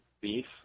beef